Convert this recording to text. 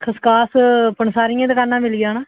खसकास पंसारियें दी दकाना मिली जाना